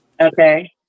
Okay